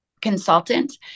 consultant